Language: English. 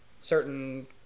certain